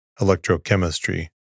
electrochemistry